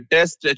Test